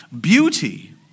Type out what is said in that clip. Beauty